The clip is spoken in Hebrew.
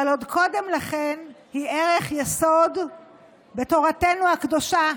אבל עוד קודם לכן היא ערך יסוד בתורתנו הקדושה.